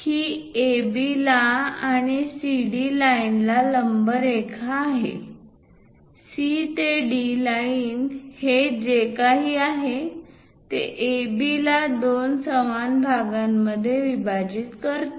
ही AB ला आणि CD लाईनला लंब रेखा आहे C ते D लाईन हे जे काही आहे ते AB ला दोन समान भागांमध्ये विभाजित करते